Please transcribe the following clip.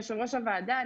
יושב-ראש הוועדה,